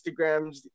Instagrams